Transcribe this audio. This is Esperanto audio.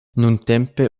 nuntempe